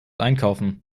einkaufen